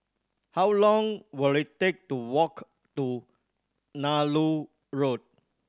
how long will it take to walk to Nallur Road